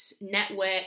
network